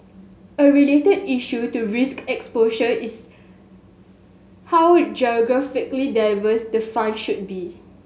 a related issue to risk exposure is how geographically diversified the fund should be